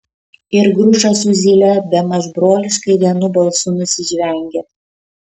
ir grušas su zyle bemaž broliškai vienu balsu nusižvengė